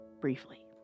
Briefly